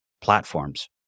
platforms